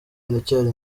iracyari